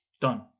done